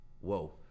whoa